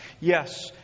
yes